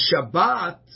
Shabbat